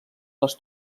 les